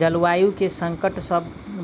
जलवायु केँ संकट सऽ